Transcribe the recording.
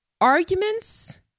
arguments